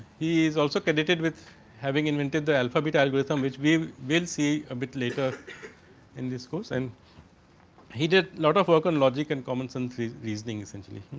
he is also credited with having invented the alpha beta algorithm, which we will see a bit later in this course. and he did lot of work on logic and commonsense and listening essentially,